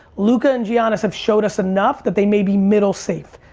luka and giannis have showed us enough that they may be middle safe,